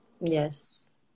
yes